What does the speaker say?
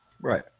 Right